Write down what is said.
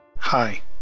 Hi